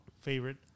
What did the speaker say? favorite